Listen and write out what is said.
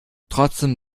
trotzdem